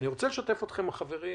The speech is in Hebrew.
אני רוצה לשתף אתכם, חברים,